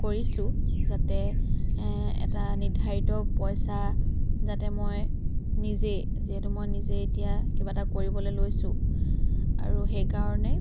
কৰিছোঁ যাতে এটা নিৰ্ধাৰিত পইচা যাতে মই নিজেই যিহেতু মই নিজেই এতিয়া কিবা এটা কৰিবলৈ লৈছোঁ আৰু সেইকাৰণেই